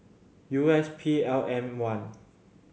U S P L M One